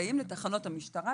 מסייעים לתחנות המשטרה.